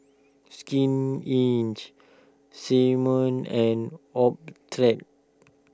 Skin Inch Simmons and Optrex